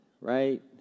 right